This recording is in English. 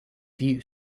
view